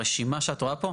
הרשימה שאת רואה פה,